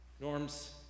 Norm's